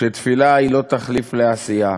שתפילה היא לא תחליף לעשייה,